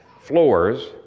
floors